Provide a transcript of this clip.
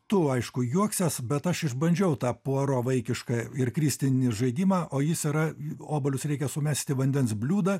tu aišku juoksies bet aš išbandžiau tą puaro vaikišką ir kristinį žaidimą o jis yra obuolius reikia sumest į vandens bliūdą